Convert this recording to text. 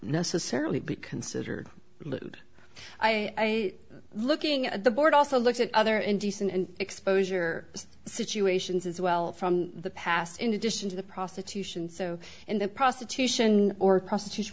necessarily be considered by looking at the board also looked at other indecent exposure situations as well from the past in addition to the prostitution so in the prostitution or prostitutes